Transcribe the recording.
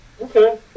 okay